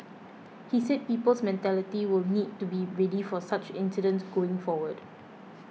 he said people's mentality will need to be ready for such incidents going forward